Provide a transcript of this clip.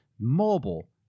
mobile